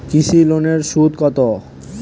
কৃষি লোনের সুদ কত?